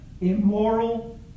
immoral